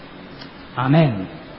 Amen